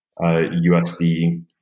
USD